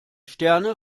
sterne